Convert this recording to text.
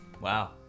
Wow